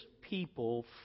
people